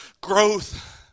Growth